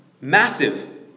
Massive